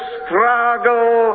struggle